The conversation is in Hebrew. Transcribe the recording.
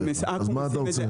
מה אתה רוצה?